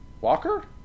walker